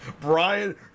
Brian